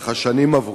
אך השנים עברו,